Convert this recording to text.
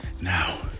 now